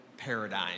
paradigm